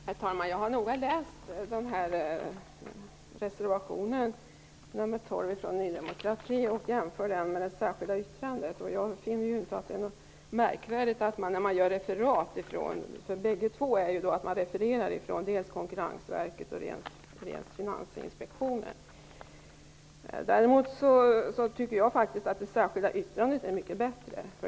Herr talman! Jag har noga läst reservation 12 från Ny demokrati och jämfört med det särskilda yttrandet. Jag finner det inte märkvärdigt att bägge gör referat från dels Konkurrensverket och dels Däremot tycker jag att det särskilda yttrandet är mycket bättre.